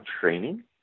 training